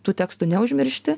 tų tekstų neužmiršti